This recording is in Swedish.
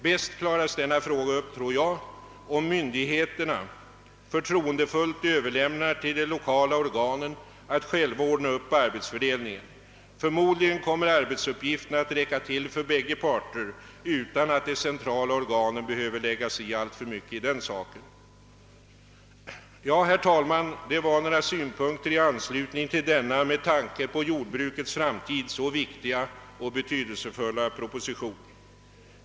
Bäst klaras frågan upp, tror jag, om myndigheterna förtroendefullt överlämnar till de lokala organen att själva ordna upp arbetsfördelningen. Förmodligen kommer arbetsuppgifterna att räcka till för bägge parter utan att de centrala organen alltför mycket behöver lägga sig i den saken. Herr talman! Detta var några synpunkter i anslutning till denna med tanke på jordbrukets framtid så viktiga och betydelsefulla proposition.